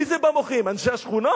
מי זה במוחים, אנשי השכונות?